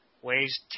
Weighs